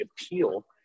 appeal